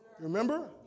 Remember